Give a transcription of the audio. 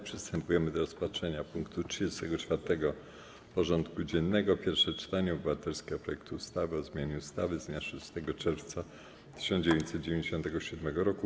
Przystępujemy do rozpatrzenia punktu 34. porządku dziennego: Pierwsze czytanie obywatelskiego projektu ustawy o zmianie ustawy z dnia 6 czerwca 1997 r.